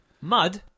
Mud